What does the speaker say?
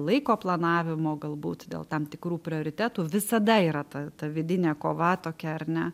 laiko planavimo galbūt dėl tam tikrų prioritetų visada yra ta ta vidinė kova tokia ar ne